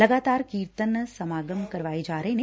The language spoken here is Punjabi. ਲਗਾਤਾਰ ਕੀਰਤਨ ਸਮਾਗਮ ਕਰਾਏ ਜਾ ਰਹੇ ਨੇ